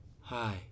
Hi